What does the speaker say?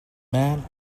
man